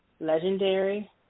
Legendary